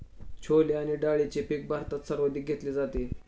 छोले आणि डाळीचे पीक भारतात सर्वाधिक घेतले जाते